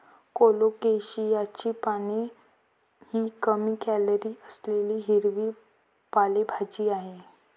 कोलोकेशियाची पाने ही कमी कॅलरी असलेली हिरवी पालेभाजी आहे